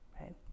right